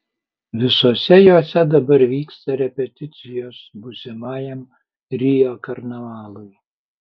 visose jose dabar vyksta repeticijos būsimajam rio karnavalui